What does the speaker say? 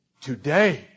Today